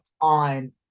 On